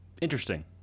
Interesting